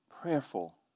prayerful